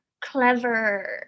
clever